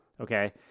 Okay